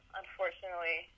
unfortunately